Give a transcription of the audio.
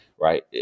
right